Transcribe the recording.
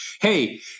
hey